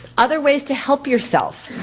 other ways to help yourself.